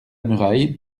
muraille